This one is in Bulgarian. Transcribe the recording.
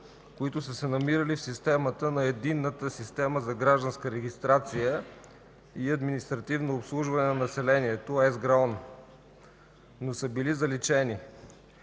които са се намирали в системата на Единната система за гражданска регистрация и административно обслужване на населението (ЕСГРАОН), но са били заличени.